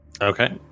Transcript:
Okay